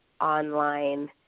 Online